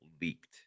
leaked